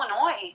illinois